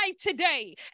today